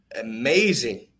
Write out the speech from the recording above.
amazing